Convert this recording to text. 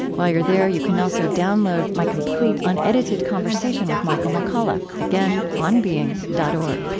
while you're there, you can also download my complete, unedited conversation with michael mcculloch. again, onbeing dot o r g